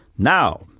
Now